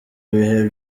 bihe